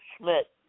Schmidt